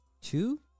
two